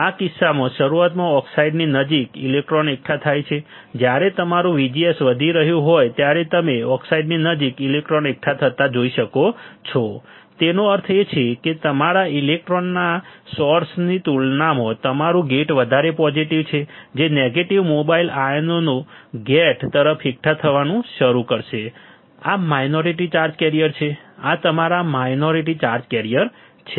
આ કિસ્સામાં શરૂઆતમાં ઓક્સાઇડની નજીક ઇલેક્ટ્રોન એકઠા થાય છે જ્યારે તમારું VGS વધી રહ્યું હોય ત્યારે તમે ઓક્સાઇડની નજીક ઇલેક્ટ્રોન એકઠા થતા જોઈ શકો છો તેનો અર્થ એ કે તમારા ઇલેક્ટ્રોનના સોર્સની તુલનામાં તમારું ગેટ વધારે પોઝીટીવ છે જે નેગેટિવ મોબાઇલ આયનો ગેટ તરફ એકઠા થવાનું શરૂ કરશે આ માઈનોરીટી ચાર્જ કેરિયર છે આ તમારા માઈનોરીટી ચાર્જ કેરિયર છે